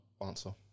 answer